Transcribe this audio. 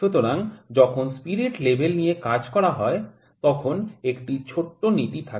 সুতরাং যখন spirit level নিয়ে কাজ করা হয় তখন একটি ছোট নীতি থাকে